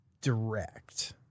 direct